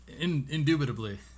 Indubitably